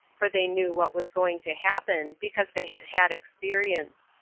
for they knew what was going to happen, because they had had experience.